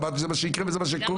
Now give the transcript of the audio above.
אמרתי זה מה שיקרה וזה מה שקורה.